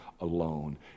alone